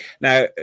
Now